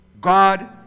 God